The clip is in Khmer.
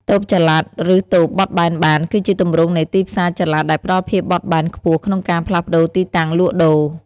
តូបចល័ត ឬ តូបបត់បែនបាន គឺជាទម្រង់នៃទីផ្សារចល័តដែលផ្តល់ភាពបត់បែនខ្ពស់ក្នុងការផ្លាស់ប្តូរទីតាំងលក់ដូរ។